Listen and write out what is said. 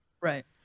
Right